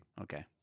Okay